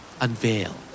Unveil